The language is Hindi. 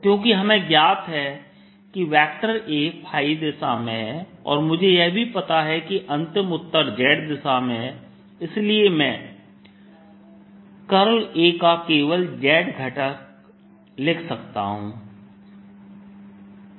क्योंकि हमें ज्ञात है कि A दिशा में है और मुझे यह भी पता है कि अंतिम उत्तर z दिशा में है इसलिए मैं A का केवल z घटक लिख सकता हूं